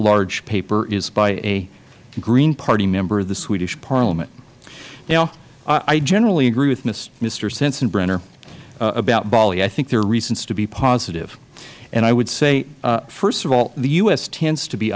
large paper is by a green party member of the swedish parliament now i generally agree with mister sensenbrenner about bali i think there are reasons to be positive and i would say first of all the u s tends to be